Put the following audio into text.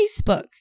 facebook